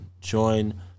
Join